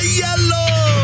yellow